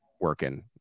working